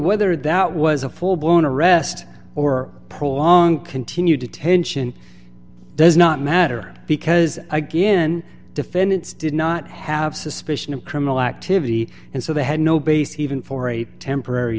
whether that was a full blown arrest or prolonged continued detention does not matter because again defendants did not have suspicion of criminal activity and so they had no base he even for a temporary